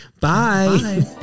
Bye